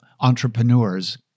entrepreneurs